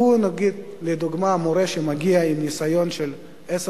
קחו לדוגמה מורה שמגיע עם ניסיון של 10